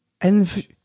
and-